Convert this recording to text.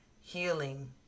healing